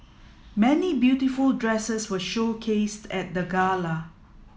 many beautiful dresses were showcased at the gala